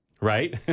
right